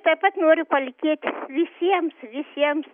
taip pat noriu palinkėti visiems visiems